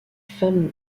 femmes